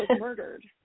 murdered